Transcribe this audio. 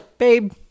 Babe